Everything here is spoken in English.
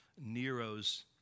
Nero's